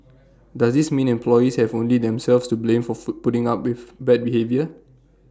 does this mean employees have only themselves to blame for food putting up with bad behaviour